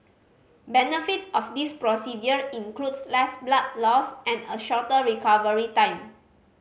benefits of this procedure includes less blood loss and a shorter recovery time